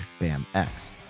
BAMX